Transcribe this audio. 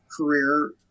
career